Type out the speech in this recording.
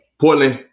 Portland